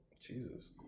Jesus